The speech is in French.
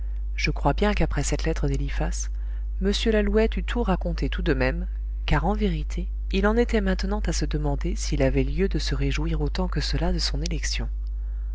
je crois bien qu'après cette lettre d'eliphas m lalouette eût tout raconté tout de même car en vérité il en était maintenant à se demander s'il avait lieu de se réjouir autant que cela de son élection